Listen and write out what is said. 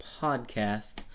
podcast